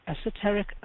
esoteric